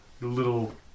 little